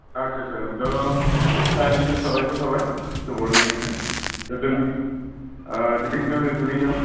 आच्चा आच्चा त' सारनिसिम साबायखर थाबाय सुबुरननि थाखाय त' दिनै बेखिनियाव दोन्थ'नि सार